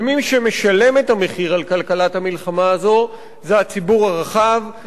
ומי שמשלם את המחיר על כלכלת המלחמה הזאת זה הציבור הרחב,